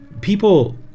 people